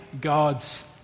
God's